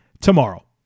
Tomorrow